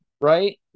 right